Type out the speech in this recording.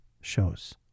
shows